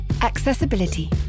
Accessibility